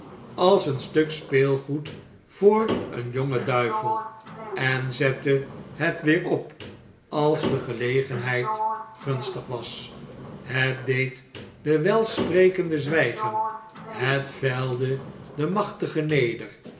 als een stuk speelgoed voor een jongen duivel en zette het weer op als de gelegenheid gunstig was het deed denwelsprekende zwh'gea het velde den machtige neder